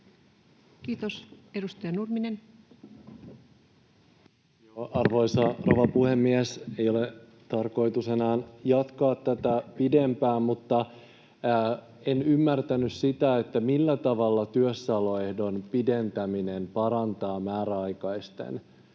Time: 21:33 Content: Arvoisa rouva puhemies! Ei ole tarkoitus enää jatkaa tätä pidempään, mutta en ymmärtänyt sitä, että millä tavalla työssäoloehdon pidentäminen parantaa määräaikaisten